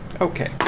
Okay